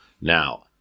Now